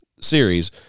series